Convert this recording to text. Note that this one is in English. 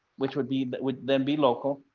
which would be that would then be local,